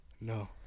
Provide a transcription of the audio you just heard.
No